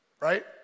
right